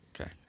Okay